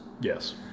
Yes